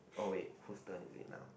oh ya who's turn is it now